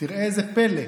תראה זה פלא,